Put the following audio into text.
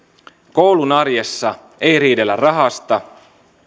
koulun arjessa ei riidellä rahasta